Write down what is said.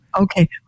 Okay